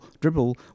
dribble